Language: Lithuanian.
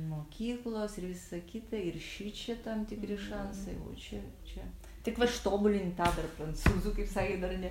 mokyklos ir visa kita ir šičia tam tikri šansai o čia čia tik va ištobulint tą dar prancūzų kaip sakėt dar ne